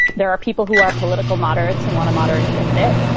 there are people who are political moderates and want a moderate candidate.